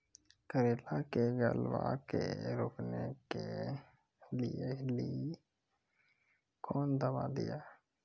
करेला के गलवा के रोकने के लिए ली कौन दवा दिया?